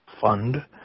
fund